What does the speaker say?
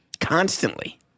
constantly